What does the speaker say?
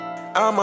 I'ma